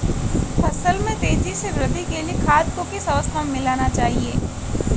फसल में तेज़ी से वृद्धि के लिए खाद को किस अवस्था में मिलाना चाहिए?